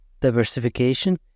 diversification